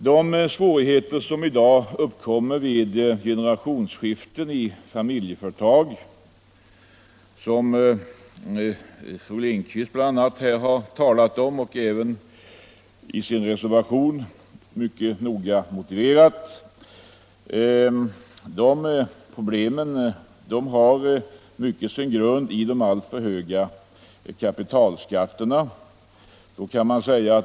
De svårigheter som i dag uppkommer vid generationsskiften i familjeföretag — som bl.a. fru Lindquist har talat om här och i en reservation noga motiverat — har i mycket sin grund i de alltför höga kapitalskatterna.